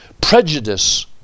prejudice